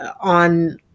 on